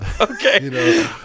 Okay